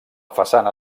façana